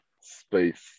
space